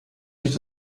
durch